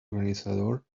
organizador